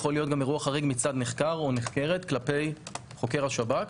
יכול להיות אירוע חריג מצד נחקר או נחקרת כלפי חוקר השב"כ,